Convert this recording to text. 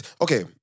okay